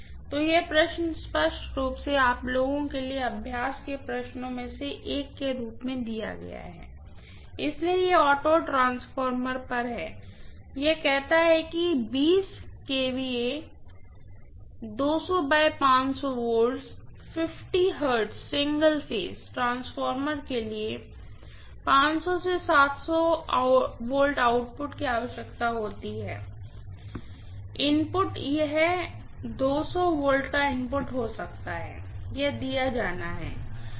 तो यह प्रश्न स्पष्ट रूप से आप लोगों के लिए अभ्यास के प्रश्नों में से एक के रूप में दिया गया है इसलिए यह ऑटो ट्रांसफार्मर पर है यह कहता है कि kVA Hz single phase transformer के लिए V से V आउटपुट की आवश्यकता होती है इनपुट यह V का इनपुट हो सकता है यह दिया जाना है